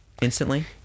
instantly